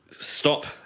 stop